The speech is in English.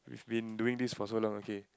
been doing this for so long okay